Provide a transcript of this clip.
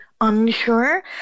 unsure